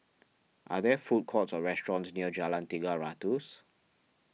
are there food courts or restaurants near Jalan Tiga Ratus